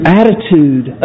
attitude